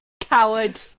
Coward